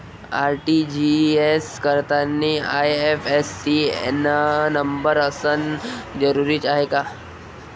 RTGS करतांनी IFSC न number असनं जरुरीच हाय का?